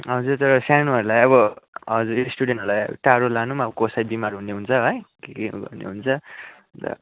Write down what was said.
हजुर तर सानोहरूलाई अब स्टुडेन्टहरूलाई टाढो लानु पनि अब कसै बिमार हुने हुन्छ है के के हुने हुन्छ अन्त